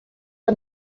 der